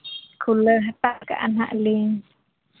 ᱠᱷᱩᱞᱟᱹᱣ ᱦᱟᱛᱟᱲ ᱠᱟᱜᱼᱟ ᱦᱟᱸᱜ ᱞᱤᱧ